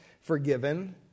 forgiven